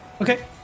Okay